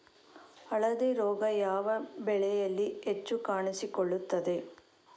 ಹಳದಿ ರೋಗ ಯಾವ ಬೆಳೆಯಲ್ಲಿ ಹೆಚ್ಚು ಕಾಣಿಸಿಕೊಳ್ಳುತ್ತದೆ?